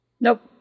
Nope